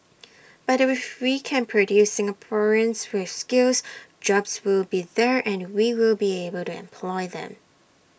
but if we can produce Singaporeans with skills jobs will be there and we will be able to employ them